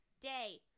day